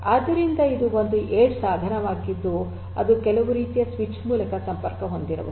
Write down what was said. ಆದ್ದರಿಂದ ಇದು ಒಂದು ಎಡ್ಜ್ ಸಾಧನವಾಗಿದ್ದು ಅದು ಕೆಲವು ರೀತಿಯ ಸ್ವಿಚ್ ಮೂಲಕ ಸಂಪರ್ಕ ಹೊಂದಿರಬಹುದು